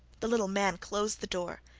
the little man closed the door,